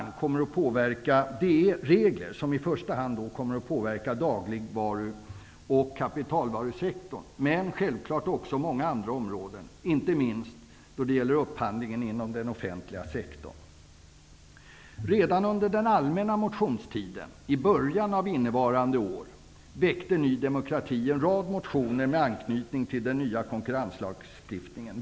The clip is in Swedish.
Det är regler som i första hand kommer att påverka dagligvaru och kapitalvarusektorn, men självfallet också många andra områden, inte minst upphandlingen inom den offentliga sektorn. Redan under den allmänna motionstiden -- i början av innevarande år -- väckte Ny demokrati en rad motioner med anknytning till den nya konkurrenslagstiftningen.